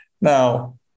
Now